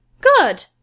Good